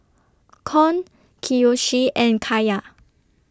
Con Kiyoshi and Kaiya